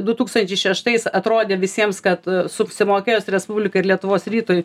du tūkstančiai šeštais atrodė visiems kad supsimokėjus respublikai ir lietuvos rytui